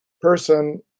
person